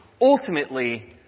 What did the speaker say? ultimately